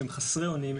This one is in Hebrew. הם חסרי אונים,